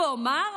וזו שאלה טובה,